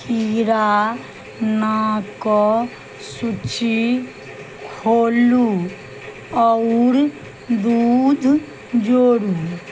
कीड़ा नाक सूची खोलू आओर दूध जोड़ू